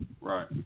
Right